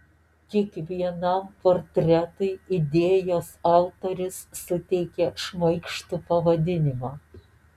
kiekvienam portretui idėjos autorius suteikė šmaikštų pavadinimą